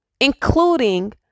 including